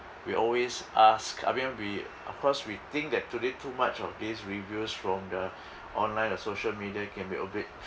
we always ask I mean we cause we think that today too much of these reviews from the online or social media can be a bit